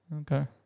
Okay